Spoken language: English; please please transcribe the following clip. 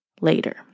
later